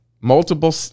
multiple